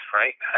right